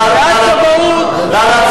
נא להצביע.